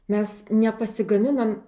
mes nepasigaminam